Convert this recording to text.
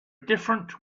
different